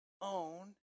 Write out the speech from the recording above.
own